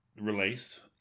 released